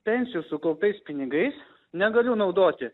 pensijų sukauptais pinigais negaliu naudoti